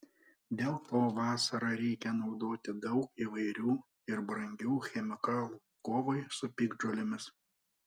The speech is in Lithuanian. dėl to vasarą reikia naudoti daug įvairių ir brangių chemikalų kovai su piktžolėmis